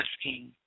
asking